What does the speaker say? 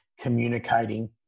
communicating